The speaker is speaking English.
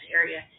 area